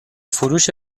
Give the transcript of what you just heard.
فروش